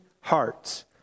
hearts